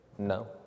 No